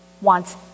wants